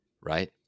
right